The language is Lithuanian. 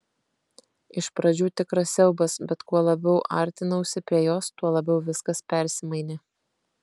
iš pradžių tikras siaubas bet kuo labiau artinausi prie jos tuo labiau viskas persimainė